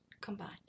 combined